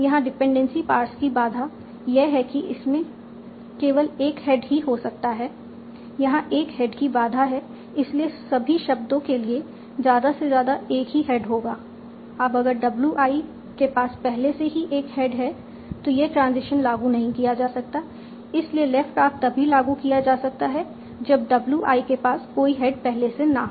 यहां dependency parse की बाधा यह है कि उसमें केवल एक हेड ही हो सकता है यहां एक हेड की बाधा है इसलिए सभी शब्दों के लिए ज्यादा से ज्यादा एक ही हेड होगा अब अगर w i के पास पहले से ही एक हेड है तो यह ट्रांजिशन लागू नहीं किया जा सकता इसीलिए लेफ्ट आर्क तभी लागू किया जा सकता है जब w i के पास कोई हेड पहले से ना हो